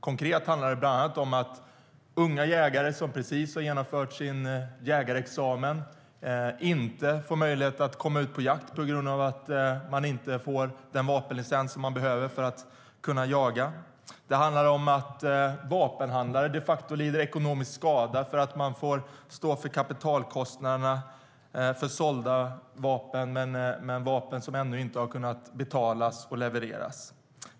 Konkret handlar det bland annat om att unga jägare, som precis har tagit sin jägarexamen, inte får möjlighet att komma ut på jakt på grund av att de inte får den vapenlicens som behövs för att man ska kunna jaga. Det handlar om vapenhandlare som de facto lider ekonomisk skada för att de får stå för kapitalkostnaderna för sålda vapen, men som ännu inte har kunnat betalas och levereras.